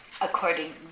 according